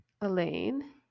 elaine